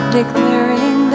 Declaring